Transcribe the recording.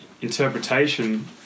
interpretation